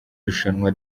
rushanwa